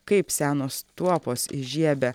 kaip senos tuopos įžiebia